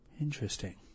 Interesting